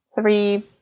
three